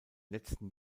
letzten